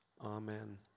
Amen